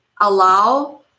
allow